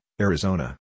Arizona